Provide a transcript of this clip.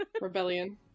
Rebellion